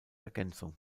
ergänzung